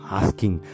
asking